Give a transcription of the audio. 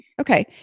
Okay